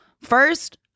first